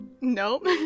Nope